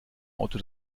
auto